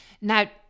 Now